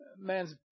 Man's